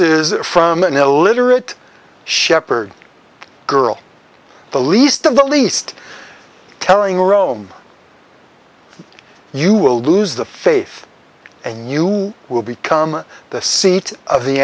is from an illiterate shepherd girl the least of the least telling rome you will lose the faith and you will become the seat of the